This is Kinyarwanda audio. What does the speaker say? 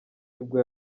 nibwo